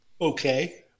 Okay